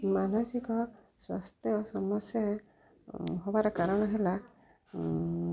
ମାନସିକ ସ୍ୱାସ୍ଥ୍ୟ ସମସ୍ୟା ହେବାର କାରଣ ହେଲା